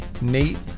Nate